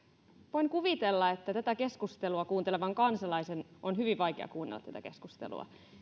voin kuvitella että tätä keskustelua kuuntelevan kansalaisen on hyvin vaikea kuunnella tätä keskustelua